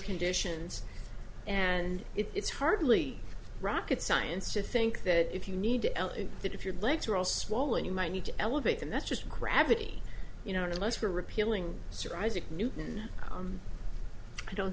conditions and it's hardly rocket science to think that if you need that if your legs are all swollen you might need to elevate them that's just gravity you know most for repealing surprising newton i don't